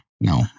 No